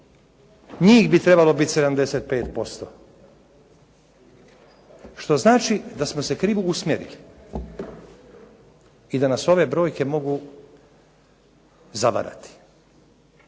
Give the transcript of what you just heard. Njih bi trebalo bit 75%. Što znači da smo se krivo usmjerili i da nas ove brojke mogu zavarati